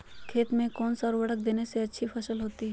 खेत में कौन सा उर्वरक देने से अच्छी फसल होती है?